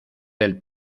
del